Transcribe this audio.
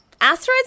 Asteroids